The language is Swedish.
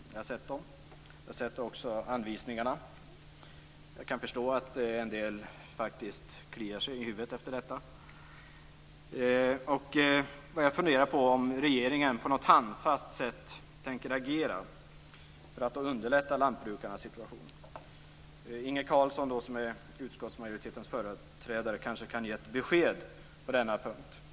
Jag har sett dem. Jag har också sett anvisningarna, och jag kan förstå att en del kliar sig i huvudet efter detta. Jag funderar på om regeringen på ett handfast sätt tänker agera för att underlätta lantbrukarnas situation. Inge Carlsson, som är utskottsmajoritetens företrädare, kanske kan ge ett besked på denna punkt.